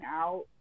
out